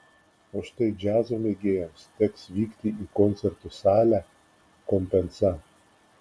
o štai džiazo mėgėjams teks vykti į koncertų salę compensa